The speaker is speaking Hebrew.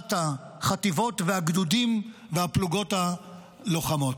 מאימת החטיבות והגדודים והפלוגות הלוחמות.